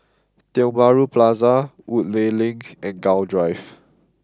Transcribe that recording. Tiong Bahru Plaza Woodleigh Link and Gul Drive